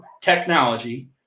technology